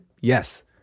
Yes